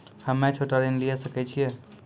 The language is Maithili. हम्मे छोटा ऋण लिये सकय छियै?